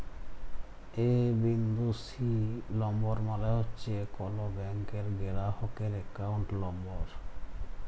এ বিন্দু C number মালে হছে কল ব্যাংকের গেরাহকের একাউল্ট লম্বর